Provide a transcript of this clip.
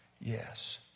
yes